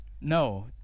No